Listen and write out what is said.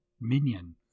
minion